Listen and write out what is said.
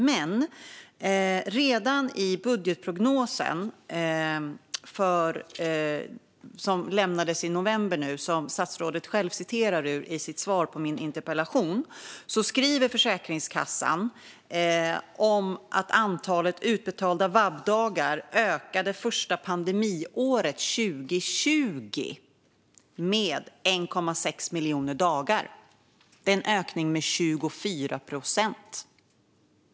Men redan i budgetprognosen, som lämnades i november och som statsrådet själv citerar ur i sitt svar på min interpellation, skriver Försäkringskassan att antalet vabbdagar första pandemiåret, 2020, ökade med 1,6 miljoner. Det är en ökning med 24 procent.